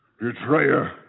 Betrayer